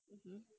(uh huh)